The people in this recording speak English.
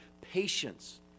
patience